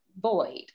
void